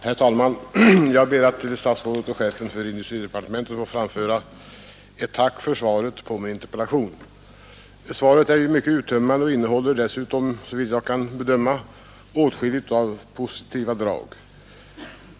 Herr talman! Jag ber att till statsrådet och chefen för industridepartementet få framföra ett tack för svaret på min interpellation. Svaret är ju mycket uttömmande och innehåller dessutom, såvitt jag kan bedöma, åtskilligt av positiva drag.